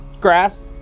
grass